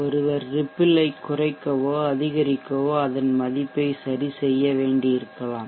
ஒருவர் ரிப்பிள் ஐ குறைக்கவோஅதிகரிக்கவோ அதன் மதிப்பை சரிசெய்ய வேண்டியிருக்கலாம்